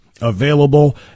available